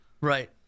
right